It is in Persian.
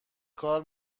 کار